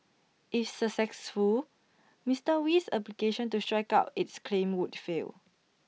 if successful Mister Wee's application to strike out its claims would fail